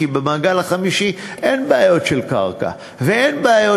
כי במעגל החמישי אין בעיות של קרקע ואין בעיות